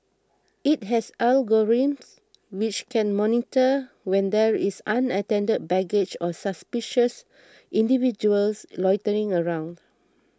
it has algorithms which can monitor when there is unattended baggage or suspicious individuals loitering around